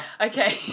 Okay